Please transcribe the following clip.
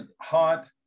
Hot